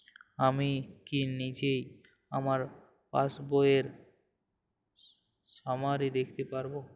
আমি কি নিজেই আমার পাসবইয়ের সামারি দেখতে পারব?